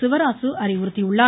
சிவராசு அறிவுறுத்தியுள்ளார்